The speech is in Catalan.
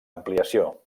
ampliació